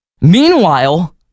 Meanwhile